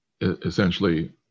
essentially